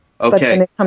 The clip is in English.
Okay